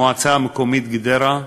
המועצה המקומית גדרה,